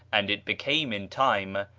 and it became, in time,